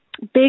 Big